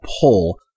pull